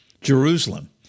Jerusalem